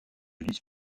luis